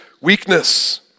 weakness